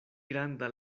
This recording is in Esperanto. granda